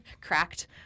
cracked